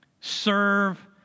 Serve